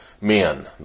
men